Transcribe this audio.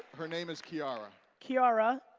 her name is kiara. kiara,